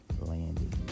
landing